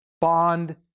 bond